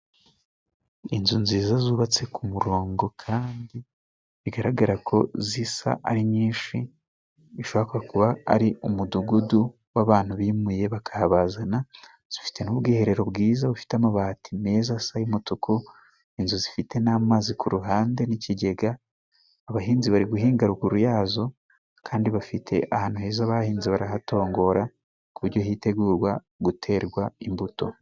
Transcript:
Inzu nziza zubatse ku murongo kandi bigaragara ko zisa ari nyinshi. Bishoboka kuba ari umudugudu w'abantu bimuye bakahabazana. Zifite n'ubwiherero bwiza bufite amabati meza asa y'umutuku. Inzu zifite n'amazi ku ruhande, n'ikigega. Atbahinzi bari guhinga ruguru yazo kandi bafite ahantu heza bahinze barahatongora, ku buryo hitegurwa guterwa imbuto.